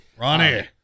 Ronnie